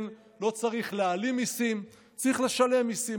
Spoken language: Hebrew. לא צריך להעלים מיסים, צריך לשלם מיסים.